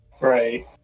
Right